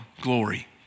glory